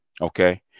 Okay